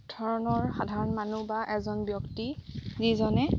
ধৰণৰ সাধাৰণ মানুহ বা এজন ব্যক্তি যিজনে